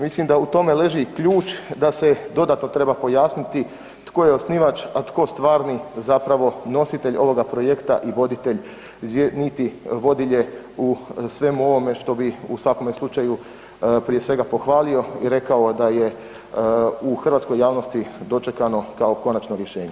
Mislim da u tome leži ključ da se dodatno treba pojasniti tko je osnivač, a tko stvarni zapravo nositelj ovoga projekta i voditelj niti vodilje u svemu ovome što bi u svakome slučaju prije svega pohvalio i rekao da je u hrvatskoj javnosti dočekano kao konačno rješenje.